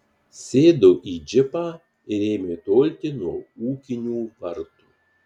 sėdo į džipą ir ėmė tolti nuo ūkinių vartų